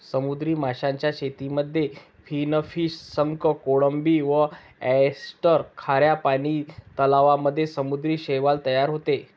समुद्री माशांच्या शेतीमध्ये फिनफिश, शंख, कोळंबी व ऑयस्टर, खाऱ्या पानी तलावांमध्ये समुद्री शैवाल तयार होते